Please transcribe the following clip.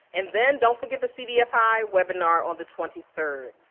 and then don't forget the cdfi webinar on the twenty third.